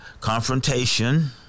confrontation